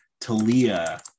Talia